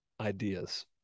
ideas